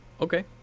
Okay